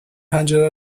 پنجره